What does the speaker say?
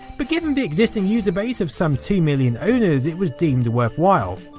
but given the existing user base of some two million owners, it was deemed worthwhile.